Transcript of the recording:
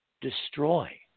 destroy